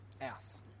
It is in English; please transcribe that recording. else